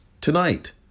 tonight